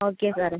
okay സാറേ